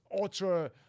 ultra